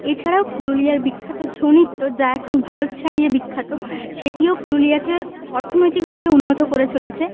এ ছাড়াও পুরুলিয়ার বিখ্যাত ছৌ নৃত্য যা এখন ভারত ছাড়িয়ে বিখ্যাত সেটিও পুরুলিয়াকে অর্থনৈতিক ভাবে উন্নত করে চলেছে